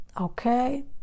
Okay